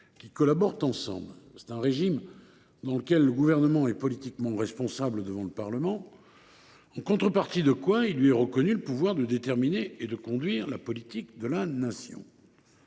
qui collaborent. C’est un régime dans lequel le Gouvernement est politiquement responsable devant le Parlement, en contrepartie de quoi il lui est reconnu le pouvoir de déterminer et de conduire la politique de la Nation.